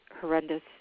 horrendous